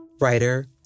Writer